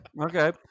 okay